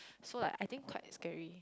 so like I think quite scary